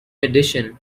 addition